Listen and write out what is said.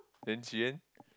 then she then